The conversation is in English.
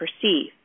perceive